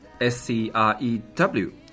S-C-R-E-W